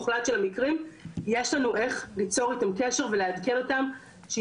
קשר ולעדכן אותם שיש להם כסף בפיקדון ושימשכו,